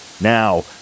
Now